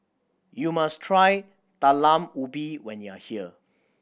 you must try Talam Ubi when you are here